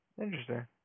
Interesting